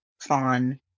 fawn